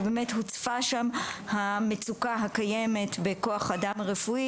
ובאמת הוצפה שם המצוקה הקיימת בכוח האדם הרפואי